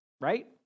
right